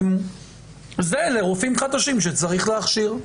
זה לרופאים חדשים שצריך להכשיר.